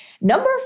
Number